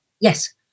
Yes